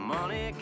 Money